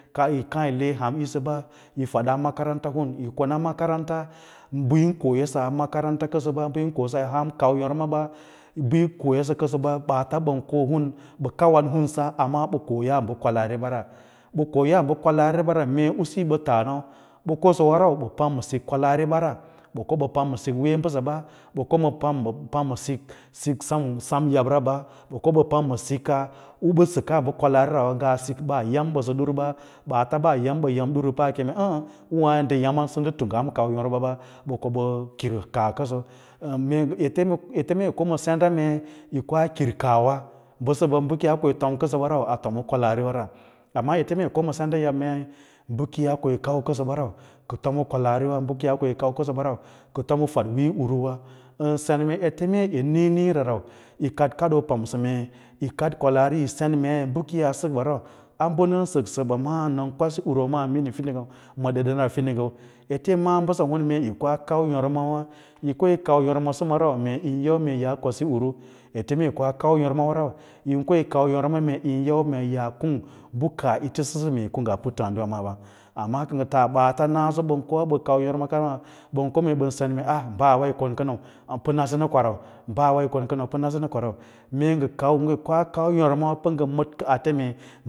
Kiyi kaa yile han yisəba yigada makaranta hin, yi konaa makaranta bəyin ko yəsə makaranta kənso ba, ba yin koyasa ahan kau yama ba ba yi koyasə kənsoɓa, ɓaalo ɓa kon hisa amma ɓə koya bə kwnaari ɓara, kkya ba kwalaari mee usinyo ba ɓatas nau, ɓa kosəwə rau bə pam masik kwalaaribə ra, ko bə pam ma sik wee mbasa bə, ɓa kobə pam ma sik sem yabra ɓa, ɓa ko bə pam ma sika u ba yam ɓasə durba baata baa yám ɓə yám ɗuru pam keme əə ûwə maa ndə yaman sə ndə tungya makaranta sə nda things aham kau yora ɓa ɓa ko ɓə kir kaa kanso ete mrr yi ko ma senda mei yi kkoa kir kaawa bəsəɓa kə koyaa tom wa ran a tom n kwalaariwa ra amma memere ete yi koma senda mei bə kiyi ko yi kau kənso ba ba kinya tom ba kwalaari bə ƙo yaa kem kiyi kau kənsoɓa rau kai tom ba tadwiiyo uruwa an su mee ete mee nda ni’iniiira rau pem mee yi kad kadoo u yi pamsa mee yi kad kwalaari yi sen mei bəki yaa səkɓa rmu abu nən səksabə maa nan kwasi wunmo ma ɗaɗanara fiding dadanara fi ngyəu ma ɗadanara findinggau ete yi ma’a basa him meeyi yau mee yaa kwasi uru. Ete meee yi koa kau yormawa rau yin koyi kau yormi yin yau mee yaa kuma bbə kaah yi tisasa mee yaa ko ngga panthaa diwa maaɓa ka taa ɓaata naso ɓa ko mee ɓə kau yoma kama ɓan ko mee ba baawa yi kon kani amma a pə nasə nə korau, baawa yi kon kənai amma panasae na korau ngon madkə ate mee.